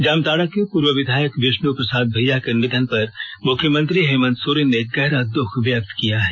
जामताड़ा के पूर्व विधायक विष्णु प्रसाद भईया के निधन पर मुख्यमंत्री हेमंत सोरेन ने गहरा दुःख व्यक्त किया है